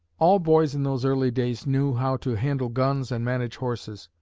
all boys in those early days knew how to handle guns and manage horses.